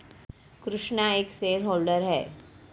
कृष्णा एक shareholder है